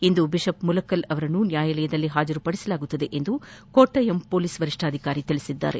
ಇಂದು bishop ಮುಲಕಲ್ರನ್ನು ನ್ಯಾಯಾಲಯದಲ್ಲಿ ಹಾಜರುಪಡಿಸಲಾಗುವುದು ಎಂದು ಕೊಟ್ಲಾಯಂ ಪೊಲೀಸ್ ವರಿಷ್ಣಾಧಿಕಾರಿ ತಿಳಿಸಿದ್ದಾರೆ